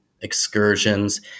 excursions